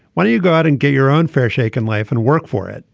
why do you go out and get your own fair shake in life and work for it.